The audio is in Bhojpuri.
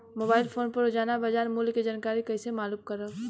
मोबाइल फोन पर रोजाना बाजार मूल्य के जानकारी कइसे मालूम करब?